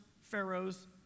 Pharaoh's